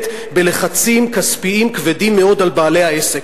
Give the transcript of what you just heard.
בלחצים כספיים כבדים מאוד על בעלי העסק.